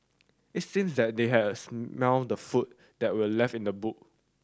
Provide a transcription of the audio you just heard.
it seemed that they had a smelt the food that were left in the boot